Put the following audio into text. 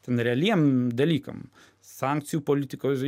ten realiem dalykam sankcijų politikos